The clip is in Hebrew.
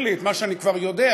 אנחנו עוברים,